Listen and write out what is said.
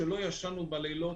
ישנו בלילות,